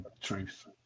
truth